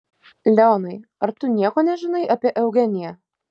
leonai ar tu nieko nežinai apie eugeniją